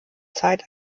zeit